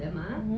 mm